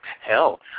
Hell